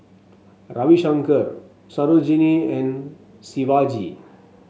Ravi Shankar Sarojini and Shivaji